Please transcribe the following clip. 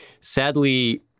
Sadly